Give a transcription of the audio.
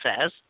says